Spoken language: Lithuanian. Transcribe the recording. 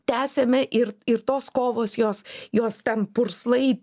tęsiame ir ir tos kovos jos jos ten purslai